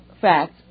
facts